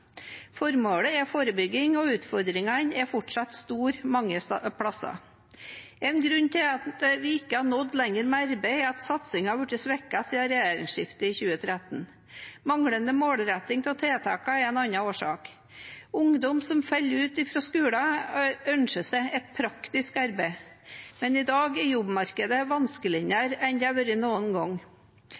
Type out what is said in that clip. Formålet er forebygging, og utfordringene er fortsatt store mange steder. En grunn til at vi ikke har nådd lenger med arbeidet, er at satsingen har blitt svekket siden regjeringsskiftet i 2013. Manglende målretting av tiltakene er en annen årsak. Ungdom som faller ut fra skolen, ønsker seg et praktisk arbeid, men i dag er jobbmarkedet vanskeligere enn det noen gang har vært.